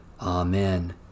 Amen